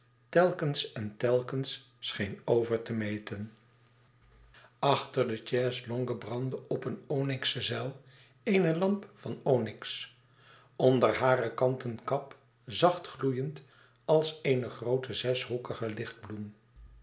telkens en telkens scheen over te meten achter de chaise-longue brandde op een onyxen zuil eene lamp van onyx onder hare kanten kap zacht gloeiend als eene groote zeshoekige